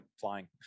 flying